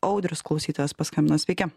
audrius klausytojas paskambino sveiki